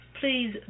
Please